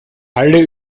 alle